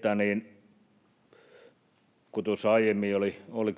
tilanne. Kun tuossa aiemmin